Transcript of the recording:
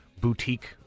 boutique